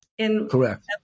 Correct